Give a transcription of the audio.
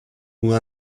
who